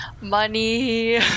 money